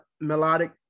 melodic